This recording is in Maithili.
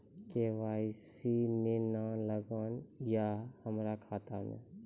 के.वाई.सी ने न लागल या हमरा खाता मैं?